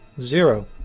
zero